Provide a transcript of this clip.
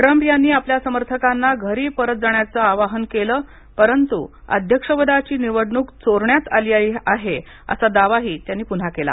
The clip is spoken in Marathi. ट्रंप यांनी आपल्या समर्थकांना घरी परत जाण्याचं आवाहन केलं परंतु अध्यक्षपदाची निवडणूक चोरण्यात आलेली आहे असा दावाही त्यांनी पुन्हा केला